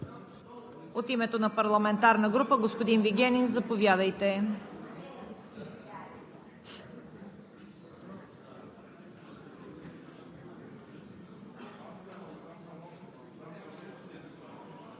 От името на парламентарна група – господин Вигенин, заповядайте.